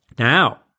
Now